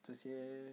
这些